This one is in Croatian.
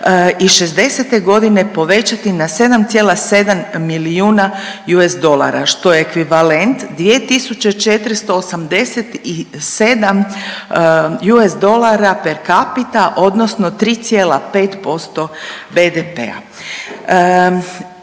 2060.g. povećati na 7,7 milijuna USD, što je ekvivalent 2.487 USD per capita odnosno 3,5% BDP-a.